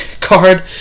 card